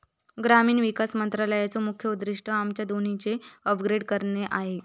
ग्रामीण विकास मंत्रालयाचे मुख्य उद्दिष्ट आमच्या दोन्हीचे अपग्रेड करणे आहे